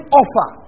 offer